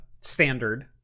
standard